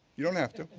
you don't have to.